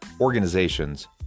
organizations